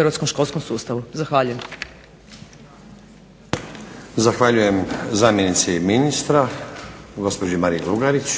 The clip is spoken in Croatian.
hrvatskom školskom sustavu. Zahvaljujem. **Stazić, Nenad (SDP)** Zahvaljujem zamjenici ministra gospođi Mariji Lugarić.